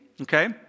Okay